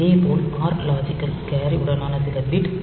இதேபோல் R logical carry உடனான சில பிட்